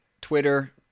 Twitter